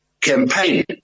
campaign